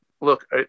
Look